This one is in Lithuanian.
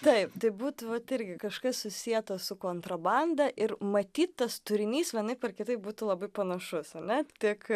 taip tai būtų vat irgi kažkas susieta su kontrabanda ir matyt tas turinys vienaip ar kitaip būtų labai panašus ar ne tik